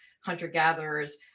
hunter-gatherers